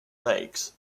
lakes